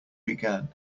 began